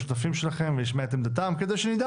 השותפים שלכם ונשמע את עמדתם כדי שנדע